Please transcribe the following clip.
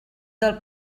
del